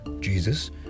Jesus